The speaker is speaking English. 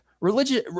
Religion